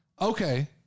Okay